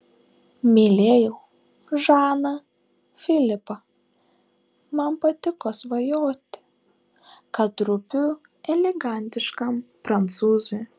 mylėjau žaną filipą man patiko svajoti kad rūpiu elegantiškam prancūzui